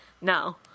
No